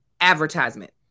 advertisement